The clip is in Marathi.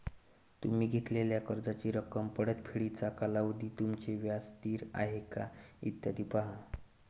तुम्ही घेतलेल्या कर्जाची रक्कम, परतफेडीचा कालावधी, तुमचे व्याज स्थिर आहे का, इत्यादी पहा